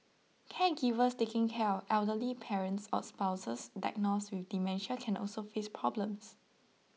caregivers taking care of elderly parents or spouses diagnosed with dementia can also face problems